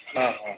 ହଁ ହଁ